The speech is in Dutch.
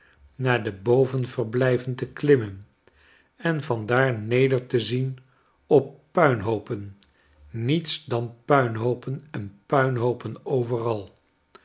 naar de bovenverblijven te klimmen en van daar neder te zien op puinhoopen niets dan puinhoopen en puinhoopen overal